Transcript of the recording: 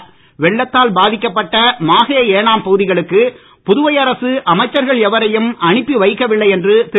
இ வெள்ளத்தால் பாதிக்கப்பட்ட மாஹே ஏனாம் பகுதிகளுக்கு புதுவை அரசு அமைச்சர்கள் எவரையும் அனுப்பி வைக்கவில்லை என்று திரு